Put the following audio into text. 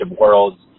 worlds